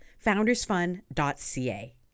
foundersfund.ca